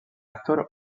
actor